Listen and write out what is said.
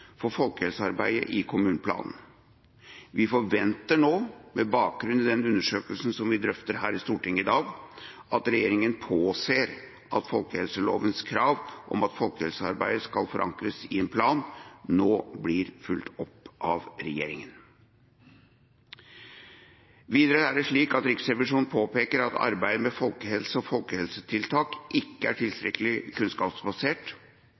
for folkehelsearbeidet i kommuneplanen. Vi forventer, med bakgrunn i den undersøkelsen som vi drøfter her i Stortinget i dag, at regjeringa påser at folkehelselovens krav om at folkehelsearbeidet skal forankres i en plan, nå blir fulgt opp i dette arbeidet. Videre er det slik at Riksrevisjonen påpeker at arbeidet med folkehelse og folkehelsetiltak ikke er tilstrekkelig kunnskapsbasert,